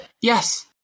Yes